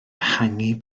ehangu